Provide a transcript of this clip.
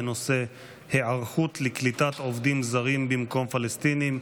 בנושא היערכות לקליטת עובדים זרים במקום פלסטינים.